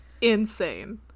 insane